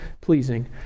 pleasing